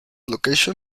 location